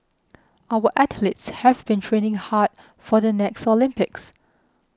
our athletes have been training hard for the next Olympics